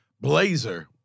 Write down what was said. Blazer